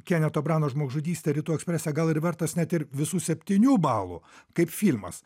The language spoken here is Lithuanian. keneto brauno žmogžudystė rytų eksprese gal ir vertas net ir visų septynių balų kaip filmas